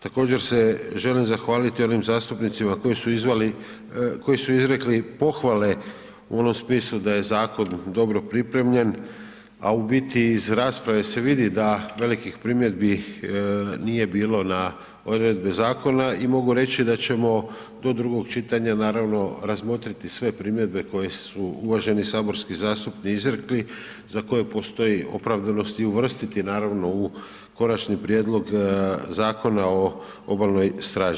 Također se želim zahvaliti onim zastupnicima koji su izrekli pohvale u onom smislu da je zakon dobro pripremljen a u biti iz rasprave se vidi da velikih primjedbi nije bilo na odredbe i zakona i mogu reći da ćemo do drugog čitanja naravno razmotriti sve primjedbe koje su uvaženi saborski zastupnici izrekli za koje postoji opravdanost i uvrstiti naravno u Konačni prijedlog Zakona o Obalnoj straži.